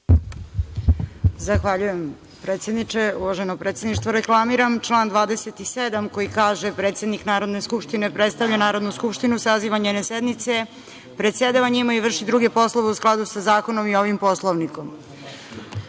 Zahvaljujem, predsedniče. Uvaženo predsedništvo, reklamiram član 27. koji kaže – predsednik Narodne skupštine predstavlja Narodnu skupštinu, saziva njene sednice, predsedava njima i vrši druge poslove u skladu sa zakonom i ovim Poslovnikom. Uvaženi